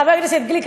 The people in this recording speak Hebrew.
חבר הכנסת גליק,